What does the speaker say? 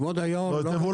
כבוד היו"ר, לא